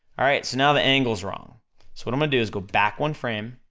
alright, so now the angle's wrong, so what i'm gonna do is go back one frame,